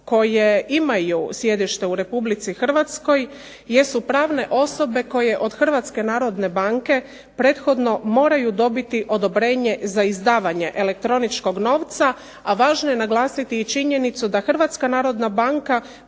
koje imaju sjedište u Republici Hrvatskoj jesu pravne osobe koje od Hrvatske narodne banke prethodno moraju dobiti odobrenje za izdavanje elektroničkog novca, a važno je naglasiti i činjenicu da Hrvatska narodna banka